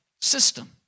system